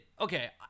Okay